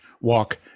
walk